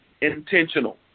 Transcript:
intentional